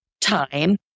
time